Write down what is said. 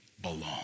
belong